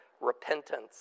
repentance